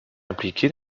impliqué